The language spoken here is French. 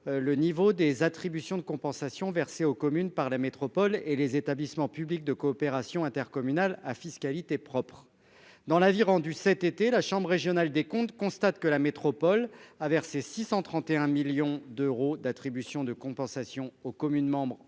Le niveau des attributions de compensation, versée aux communes par la métropole et les établissements publics de coopération intercommunale à fiscalité propre dans l'avis rendu cet été. La chambre régionale des comptes constate que la métropole à verser 631 millions d'euros d'attributions de compensation aux communes membres